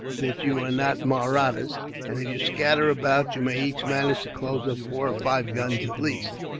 that you are not mahrattas and if you scatter about, you may each manage to close up four or five guns, at least.